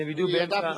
אני בדיוק באמצע,